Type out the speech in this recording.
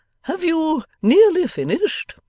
have you nearly finished